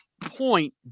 point